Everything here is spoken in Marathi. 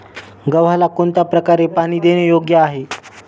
गव्हाला कोणत्या प्रकारे पाणी देणे योग्य आहे?